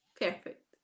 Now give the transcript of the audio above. perfect